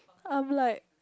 I'm like